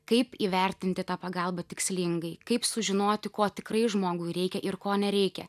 kaip įvertinti tą pagalbą tikslingai kaip sužinoti ko tikrai žmogui reikia ir ko nereikia